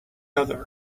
other